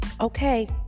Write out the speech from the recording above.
okay